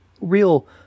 real